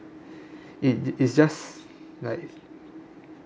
it it's just like